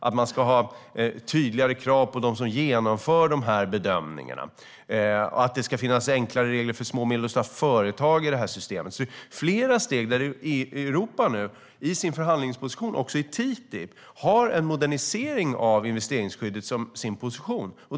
Det ska vara tydligare krav på dem som genomför bedömningarna, och det ska finnas enklare regler för små och medelstora företag i det här systemet. Det är alltså flera steg nu där Europa också i förhandlingarna om TTIP har en modernisering av investeringsskyddet som sin position.